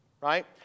right